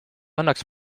annaks